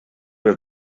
have